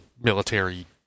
military